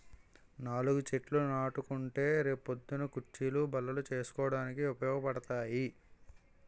నాలుగు చెట్లు నాటుకుంటే రే పొద్దున్న కుచ్చీలు, బల్లలు చేసుకోడానికి ఉపయోగపడతాయి